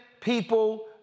people